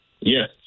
Yes